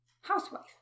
housewife